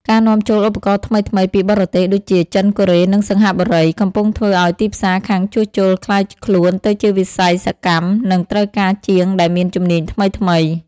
ការនាំចូលឧបករណ៍ថ្មីៗពីបរទេស ដូចជា ចិន កូរ៉េ និងសិង្ហបុរី កំពុងធ្វើឱ្យទីផ្សារខាងជួសជុលក្លាយខ្លួនទៅជាវិស័យសកម្ម និងត្រូវការជាងដែលមានជំនាញថ្មីៗ។